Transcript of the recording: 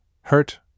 hurt